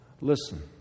Listen